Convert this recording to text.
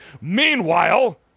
Meanwhile